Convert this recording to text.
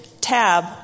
tab